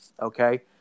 Okay